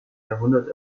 jahrhundert